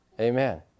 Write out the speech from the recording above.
Amen